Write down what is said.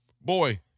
Boy